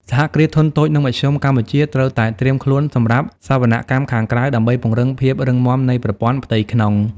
សហគ្រាសធុនតូច និងមធ្យម កម្ពុជាត្រូវតែត្រៀមខ្លួនសម្រាប់ "សវនកម្មខាងក្រៅ" ដើម្បីពង្រឹងភាពរឹងមាំនៃប្រព័ន្ធផ្ទៃក្នុង។